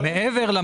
בסדר.